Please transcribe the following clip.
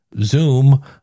Zoom